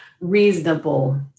reasonable